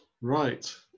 right